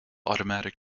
automatic